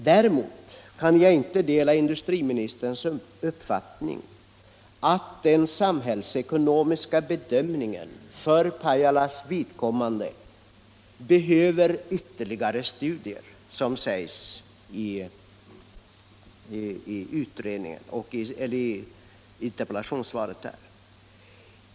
Däremot kan jag inte dela industriministerns uppfattning att den samhällsekonomiska bedömningen för Pajalas vidkommande kräver ytter ligare studier, som sägs i interpellationssvaret.